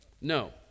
no